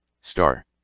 star